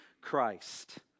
Christ